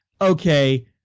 okay